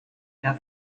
herr